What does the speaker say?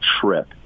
trip